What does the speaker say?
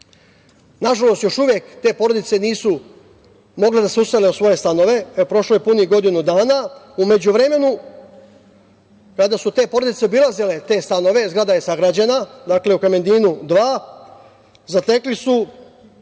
Nažalost još uvek te porodice nisu mogle da se usele u svoje stanove, prošlo je punih godinu dana. U međuvremenu kada su te porodice obilazile te stanove, zgrada je sagrađena, dakle, u Kamendinu 2, zatekli su